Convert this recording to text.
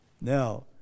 Now